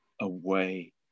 away